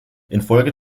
infolge